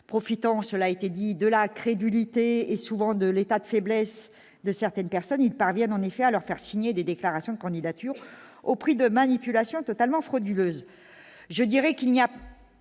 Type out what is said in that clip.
Profitant de la crédulité, et souvent de l'état de faiblesse, de certaines personnes, ils parviennent en effet à leur faire signer des déclarations de candidature au prix de manipulations totalement frauduleuses.